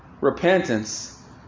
Repentance